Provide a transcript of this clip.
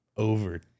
Over